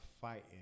fighting